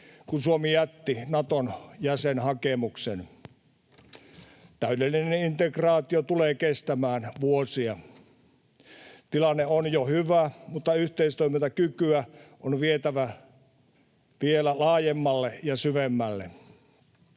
kun Suomi jätti Naton jäsenhakemuksen. Täydellinen integraatio tulee kestämään vuosia. Tilanne on jo hyvä, mutta yhteistoimintakykyä on vietävä vielä laajemmalle ja syvemmälle.